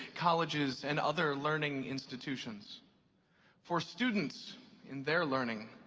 colleges, and other learning institutions for students in their learning,